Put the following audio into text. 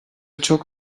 çok